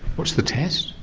what's the test?